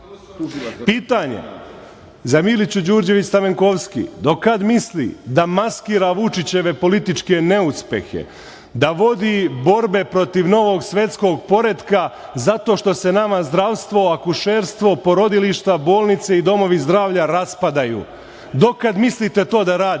preneti. Pitanje za Milicu Đurđević Stamenkovski: do kada misli da maskira Vučićeve političke neuspehe, da vodi borbe protiv novog svetskog poretka zato što se nama zdravstvo, akušerstvo, porodilišta, bolnice i domovi zdravlja raspadaju? Do kada mislite to da radite